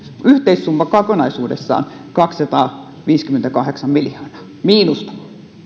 yhteissumma on kokonaisuudessaan kaksisataaviisikymmentäkahdeksan miljoonaa miinusta